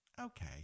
okay